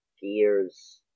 gears